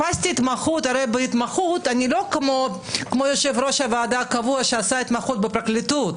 הרי בהתמחות אני לא כמו יושב-ראש הוועדה הקבוע שעשה התמחות בפרקליטות,